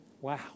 Wow